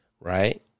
right